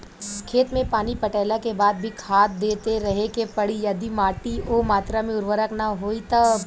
खेत मे पानी पटैला के बाद भी खाद देते रहे के पड़ी यदि माटी ओ मात्रा मे उर्वरक ना होई तब?